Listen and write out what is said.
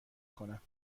کنم